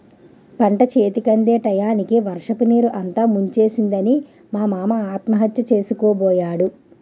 పంటచేతికందే టయానికి వర్షపునీరు అంతా ముంచేసిందని మా మామ ఆత్మహత్య సేసుకోబోయాడు